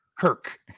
Kirk